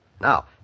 Now